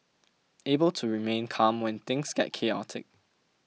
able to remain calm when things get chaotic